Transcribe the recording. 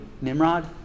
Nimrod